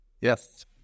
Yes